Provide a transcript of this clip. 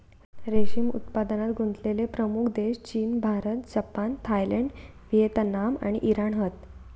रेशीम उत्पादनात गुंतलेले प्रमुख देश चीन, भारत, जपान, थायलंड, व्हिएतनाम आणि इराण हत